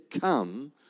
come